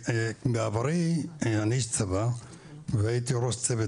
בעברי אני איש צבא והייתי ראש צוות